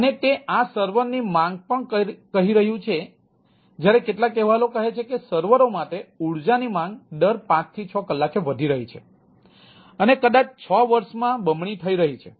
અને તે આ સર્વરોની માંગ પણ કહી રહ્યું છે જ્યારે કેટલાક અહેવાલો કહે છે કે સર્વરોમાટે ઊર્જા ની માંગ દર 5 થી 6 કલાકે વધી રહી છે અને કદાચ 6 વર્ષમાં બમણી થઈ રહી છે